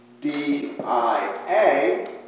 D-I-A